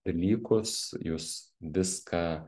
dalykus jūs viską